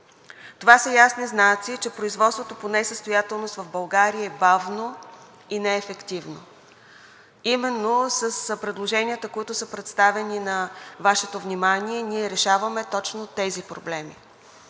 Това са ясни знаци, че производството по несъстоятелност в България е бавно и неефективно. Именно с предложенията, които са представени на Вашето внимание, ние решаваме точно тези проблеми